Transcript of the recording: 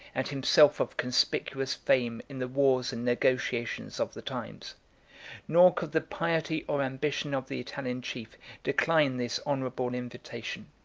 and himself of conspicuous fame in the wars and negotiations of the times nor could the piety or ambition of the italian chief decline this honorable invitation.